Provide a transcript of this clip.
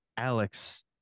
Alex